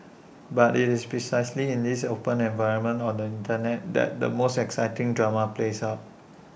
but IT is precisely in this open environment on the Internet that the most exciting drama plays out